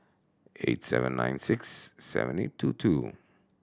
eight seven nine six seven eight two two